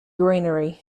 greenery